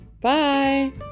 Bye